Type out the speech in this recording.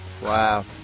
Wow